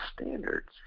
standards